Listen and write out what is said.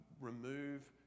remove